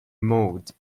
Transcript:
mould